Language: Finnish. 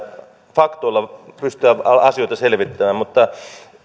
faktoilla pystyä asioita selvittämään mutta